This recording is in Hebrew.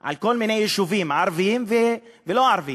על כל מיני יישובים ערביים ולא-ערביים